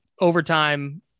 overtime